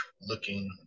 looking